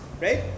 right